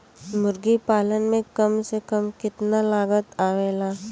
मुर्गी पालन में कम से कम कितना लागत आवेला?